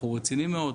בחור רציני מאוד,